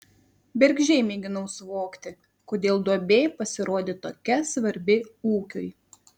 bergždžiai mėginau suvokti kodėl duobė pasirodė tokia svarbi ūkiui